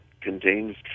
contains